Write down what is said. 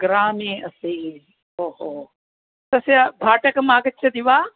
ग्रामे अस्ति ओहो तस्य भाटकम् आगच्छति वा